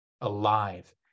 alive